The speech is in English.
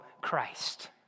Christ